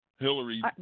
Hillary